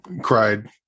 cried